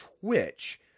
twitch